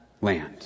land